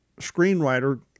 screenwriter